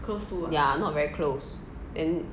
ya not very close and